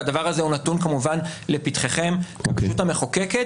והדבר הזה הוא נתון כמובן לפתחכם כרשות המחוקקת.